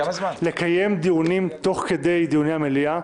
לקיים דיונים תוך כדי דיוני המליאה.